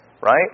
right